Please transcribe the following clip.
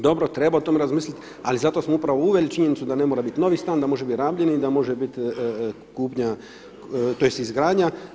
Dobro treba o tome razmisliti, ali zato smo upravo uveli činjenicu da ne mora biti novi stan, da može biti rabljeni i da može biti kupnja tj. izgradnja.